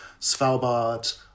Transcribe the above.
svalbard